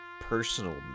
personal